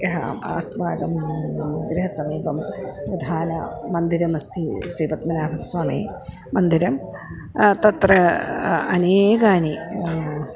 यः अस्माकं गृहसमीपम् उधाला मन्दिरमस्ति श्रीपद्मनाभस्वामिमन्दिरं तत्र अनेकानि